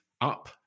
up